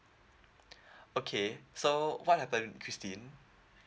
okay so what happened christine